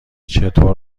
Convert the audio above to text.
چطور